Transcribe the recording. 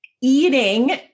eating